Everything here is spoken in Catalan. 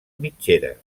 mitgeres